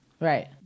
Right